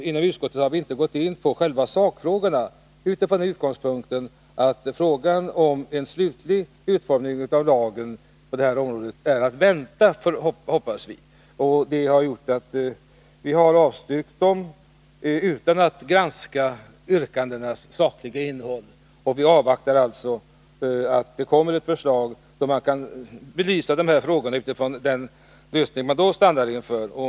Inom utskottet har vi inte gått in på själva sakfrågan, därför att vi hoppas att en slutlig utformning av lagen på detta område är att vänta. Därför har vi avstyrkt yrkandena utan att granska deras sakliga innehåll. Vi avvaktar alltså ett förslag. Då kan vi belysa de här frågorna med utgångspunkt i den lösning som där föreslås.